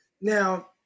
Now